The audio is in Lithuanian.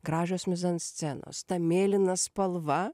gražios mizanscenos ta mėlyna spalva